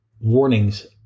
warnings